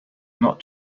not